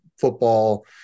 football